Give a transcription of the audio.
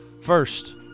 first